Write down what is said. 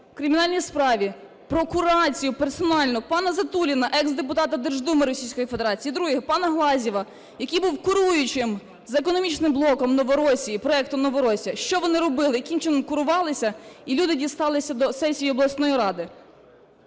в кримінальній справі про курацію персонально пана Затуліна, екс-депутата Держдуми Російської Федерації, і друге - пана Глазьєва, який був куруючим за економічним блоком Новоросії, проектом "Новоросія". Що вони робили, яким чином курувалися і люди дісталися до сесії обласної ради?